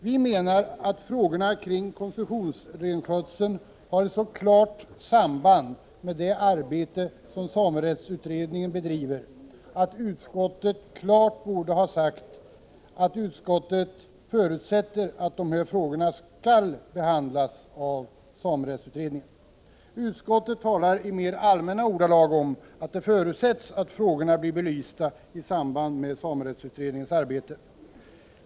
Vi menar att frågorna kring koncessionsrenskötseln har ett så klart samband med det arbete som samerättsutredningen bedriver att utskottet klart borde ha sagt att utskottet förutsätter att de här frågorna skall behandlas av samerättsutredningen. Utskottet talar i mer allmänna ordalag om att det förutsätts att frågorna blir belysta i samband med samerättsutredningens arbete.